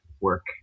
work